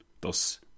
thus